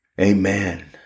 amen